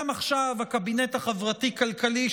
גם עכשיו הקבינט החברתי-כלכלי,